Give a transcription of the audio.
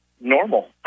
normal